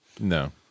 No